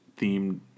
themed